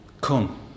Come